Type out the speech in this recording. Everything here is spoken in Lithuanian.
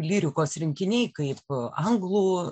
lyrikos rinkiniai kaip anglų